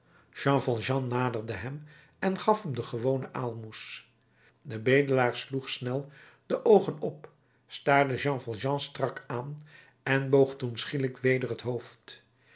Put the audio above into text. naderde hem en gaf hem de gewone aalmoes de bedelaar sloeg snel de oogen op staarde jean valjean strak aan en boog toen schielijk weder het hoofd